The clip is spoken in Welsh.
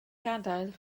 gadael